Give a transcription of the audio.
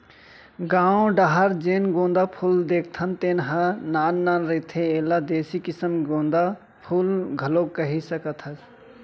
गाँव डाहर जेन गोंदा फूल देखथन तेन ह नान नान रहिथे, एला देसी किसम गोंदा फूल घलोक कहि सकत हस